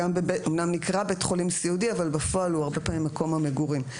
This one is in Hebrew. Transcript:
זה אמנם נקרא בית חולים סיעודי אבל בפועל הוא הרבה פעמים מקום המגורים.